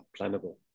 plannable